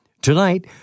Tonight